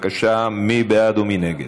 בבקשה, מי בעד ומי נגד?